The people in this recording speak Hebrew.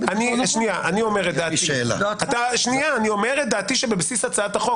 --- שנייה, אני אומר את דעתי שבבסיס הצעת החוק.